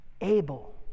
Abel